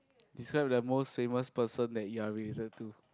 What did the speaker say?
describe the most famous person that you're related to